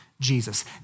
Jesus